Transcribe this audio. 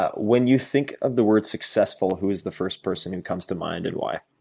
ah when you think of the word successful, who is the first person who comes to mind and why?